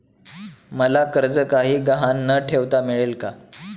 मला कर्ज काही गहाण न ठेवता मिळेल काय?